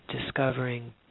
discovering